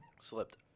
Slipped